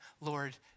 Lord